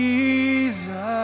Jesus